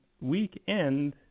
weekend